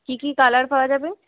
কী কী কালার পাওয়া যাবে